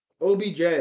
OBJ